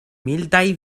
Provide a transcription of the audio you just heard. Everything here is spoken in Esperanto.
mildaj